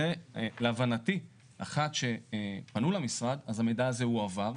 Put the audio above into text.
להבנתי, אחת שפנו למשרד המידע הזה הועבר.